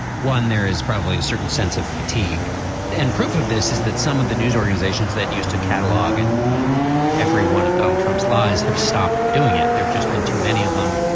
one there is probably a certain sense of fatigue and proof of this is that some of the news organizations that used to catalog and um every one of donald trump's lies have stopped doing it they've just been too many of them.